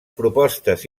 propostes